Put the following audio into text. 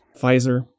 Pfizer